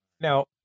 now